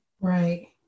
Right